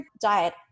diet